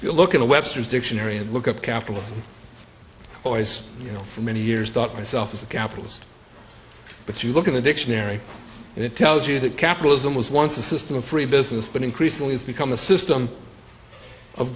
if you look at the webster's dictionary and look at capitalism or as you know for many years thought myself as a capitalist but you look in the dictionary and it tells you that capitalism was once a system of free business but increasingly it's become a system of